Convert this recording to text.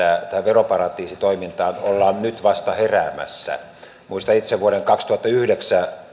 veroparatiisitoimintaan ollaan vasta nyt heräämässä muistan itse vuodelta kaksituhattayhdeksän